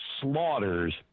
slaughters